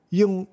yung